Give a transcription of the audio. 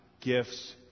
gifts